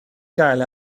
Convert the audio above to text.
gael